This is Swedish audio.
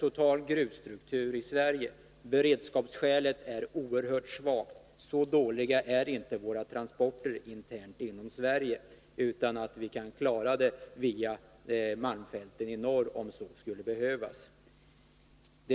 27 november 1981 Beredskapsskälet är oerhört svagt — så dåliga är inte våra transportmöjligheter inom Sverige att vi inte, om så skulle behövas, kan klara försörjningsberedskapen via malmfälten.